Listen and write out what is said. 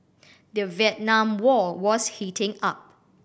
the Vietnam War was heating up